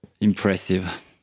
impressive